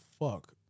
fuck